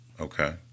Okay